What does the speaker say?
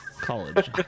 College